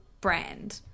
brand